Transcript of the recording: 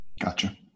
Gotcha